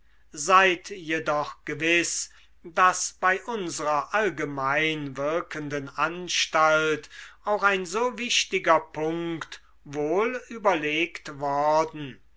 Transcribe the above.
seid jedoch gewiß daß bei unserer allgemein wirkenden anstalt auch ein so wichtiger punkt wohl überlegt worden